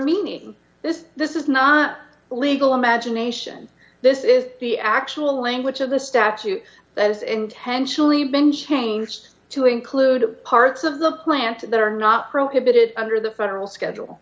meaning this this is not legal imagination this is the actual language of the statute that is intentionally been changed to include parts of the plants that are not prohibited under the federal schedule